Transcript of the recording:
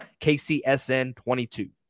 KCSN22